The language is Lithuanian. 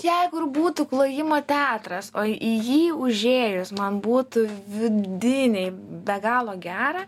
jeigu ir būtų klojimo teatras o į jį užėjus man būtų vidiniai be galo gera